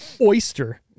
oyster